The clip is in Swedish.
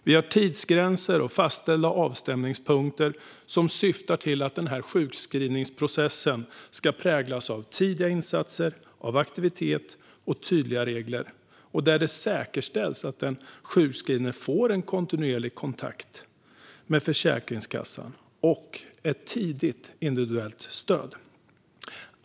Vi har tidsgränser och fastställda avstämningspunkter som syftar till att sjukskrivningsprocessen ska präglas av tidiga insatser, aktivitet och tydliga regler. Det ska också säkerställas att den sjukskrivne får en kontinuerlig kontakt med Försäkringskassan och ett tidigt individuellt stöd.